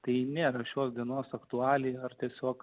tai nėra šios dienos aktualija ar tiesiog